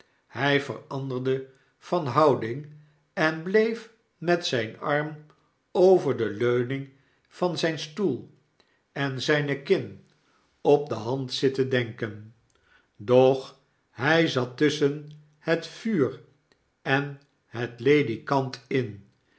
hfl veranderde van houding en bleef met zgn arm over de leuning van zijn stoel en zpe kin op de hand zitten denken doch hij zat tusschen het vuur en hetledikant in